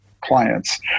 clients